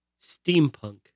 steampunk